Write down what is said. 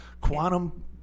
quantum